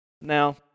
Now